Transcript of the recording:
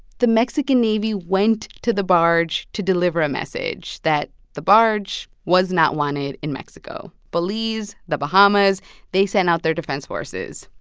the mexican navy went to the barge to deliver a message that the barge was not wanted in mexico. belize, the bahamas they sent out their defense forces.